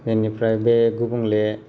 बेनिफ्राय बे गुबंले